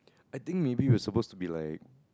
I think maybe we're supposed to be like